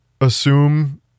assume